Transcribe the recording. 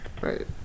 right